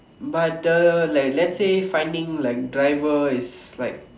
but the like let's say finding like driver is like